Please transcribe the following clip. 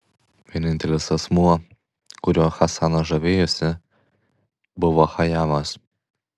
vienintelis asmuo kuriuo hasanas žavėjosi buvo chajamas